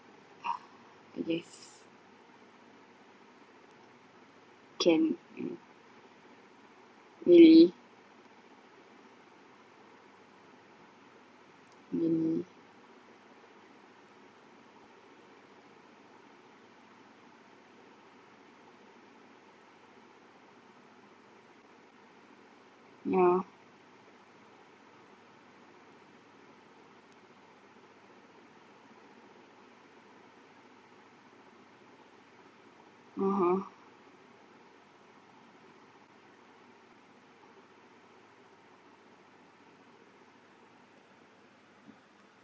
I guess can really nanny ya (uh huh)